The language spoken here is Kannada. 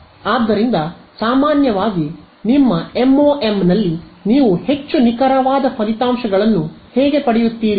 ಆದ್ದರಿಂದ ಸಾಮಾನ್ಯವಾಗಿ ನಿಮ್ಮ MoM ನಲ್ಲಿ ನೀವು ಹೆಚ್ಚು ನಿಖರವಾದ ಫಲಿತಾಂಶಗಳನ್ನು ಹೇಗೆ ಪಡೆಯುತ್ತೀರಿ